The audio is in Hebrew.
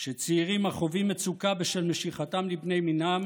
שצעירים החווים מצוקה בשל משיכתם לבני מינם